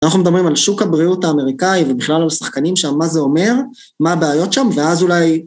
אנחנו מדברים על שוק הבריאות האמריקאי ובכלל על השחקנים שם, מה זה אומר, מה הבעיות שם, ואז אולי...